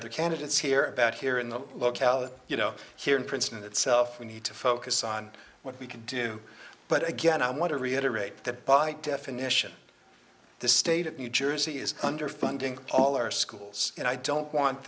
other candidates here about here in the locality you know here in princeton itself we need to focus on what we can do but again i want to reiterate that by definition the state of new jersey is underfunding all our schools and i don't want